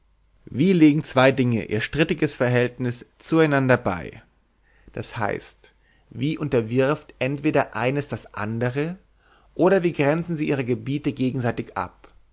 wie legen zwei dinge ihr strittiges verhältnis zu einander bei d h wie unterwirft entweder eines das andere oder wie grenzen sie ihre gebiete gegenseitig ab